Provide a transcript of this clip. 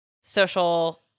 social